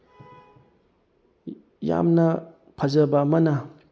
ꯌꯥꯝꯅ ꯐꯖꯕ ꯑꯃꯅ